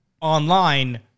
online